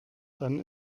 dann